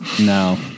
no